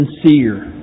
sincere